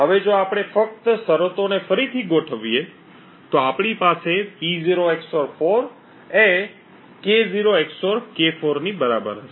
હવે જો આપણે ફક્ત શરતો ને ફરીથી ગોઠવીએ તો આપણી પાસે P0 XOR 4 એ K0 XOR K4 ની બરાબર હશે